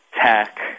tech